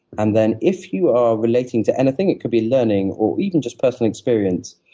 and then if you are relating to anything, it could be learning or even just personal experience,